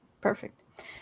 Perfect